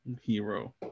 hero